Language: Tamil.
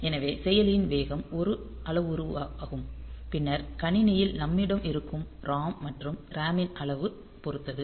எனவே செயலியின் வேகம் ஒரு அளவுருவாகும் பின்னர் கணினியில் நம்மிடம் இருக்கும் ROM மற்றும் RAM ன் அளவு பொருத்தது